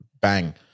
bang